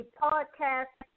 podcast